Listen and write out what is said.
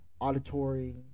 auditory